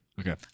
Okay